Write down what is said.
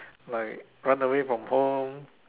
like run away from home